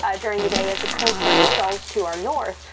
ah during the day as a cold front stalls to our north.